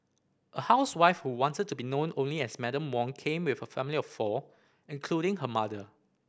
a housewife who wanted to be known only as Madam Wong came with her family of four including her mother